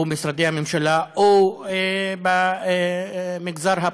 במשרדי הממשלה או במגזר הפרטי.